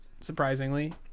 surprisingly